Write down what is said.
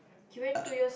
he went two years